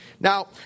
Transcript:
Now